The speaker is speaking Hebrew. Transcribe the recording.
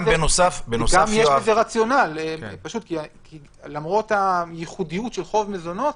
יש בזה רציונל, כי למרות הייחודיות של חוב מזונות,